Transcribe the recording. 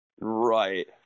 Right